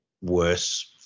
worse